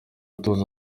gutoza